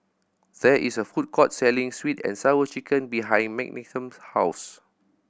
there is a food court selling Sweet And Sour Chicken behind Menachem's house